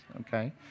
Okay